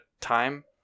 time